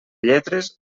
lletres